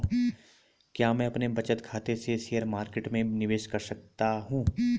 क्या मैं अपने बचत खाते से शेयर मार्केट में निवेश कर सकता हूँ?